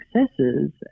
successes